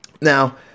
Now